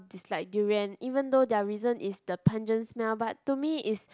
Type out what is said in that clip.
dislike durian even though their reason is the pungent smell but to me is